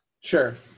sure